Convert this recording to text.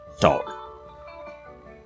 talk